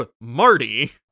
Marty